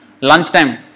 Lunchtime